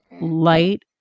light